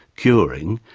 curing,